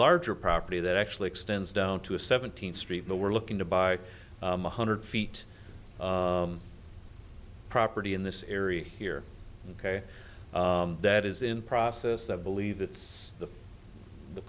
larger property that actually extends down to a seventeenth street but we're looking to buy one hundred feet property in this area here ok that is in process that i believe it's the the